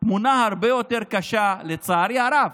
התמונה הרבה יותר קשה, לצערי הרב,